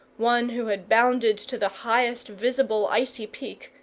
one who had bounded to the highest visible icy peak,